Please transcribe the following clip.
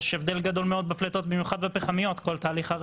יש הבדל גדול מאוד בפליטות במיוחד בפחמיות בכל התהליך של